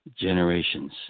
Generations